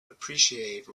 appreciate